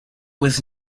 was